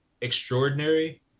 extraordinary